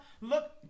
look